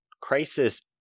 crisis